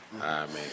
Amen